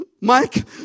Mike